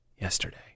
Yesterday